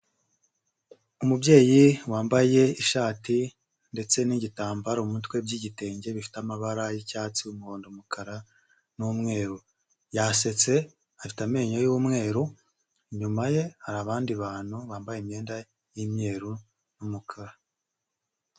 Umubyeyi wambaye ishati ndetse n'igitambaro m’umutwe by’igitenge bifite amabara y'icyatsi, umuhondo, umukara n'umweru. Yasetse afite amenyo y’umweru inyuma ye har’abandi bantu bambaye imyenda y’imyeru n'umukara.